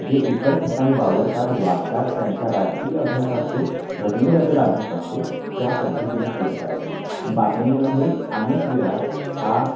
जे इतर ठिकाणी वावरतात वागतात त्यांचा राजकीय अभ्यास असतो घटनेबद्दल अभ्यास असतो त्या पद्धतीनंच लिहितात बातमीमध्ये अनेक वेळा हा